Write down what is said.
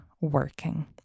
working